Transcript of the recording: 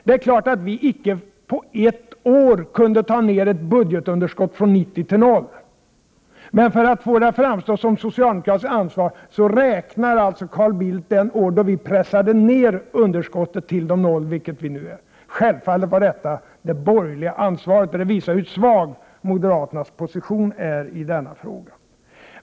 Det är klart att vi icke på ett år kunde ta ned budgetunderskottet från 90 miljarder till noll, men för att få det att framstå som socialdemokratins 37 ansvar räknar Carl Bildt de år då vi pressade ned underskottet till noll, vilket vi nu har. Självfallet var detta de borgerligas ansvar. Detta visar hur svag moderaternas position är i denna fråga.